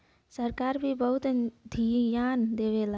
सरकार भी बहुत धियान देवलन